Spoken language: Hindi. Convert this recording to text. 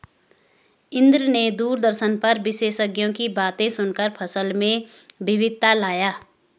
इंद्र ने दूरदर्शन पर विशेषज्ञों की बातें सुनकर फसल में विविधता लाया